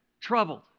Troubled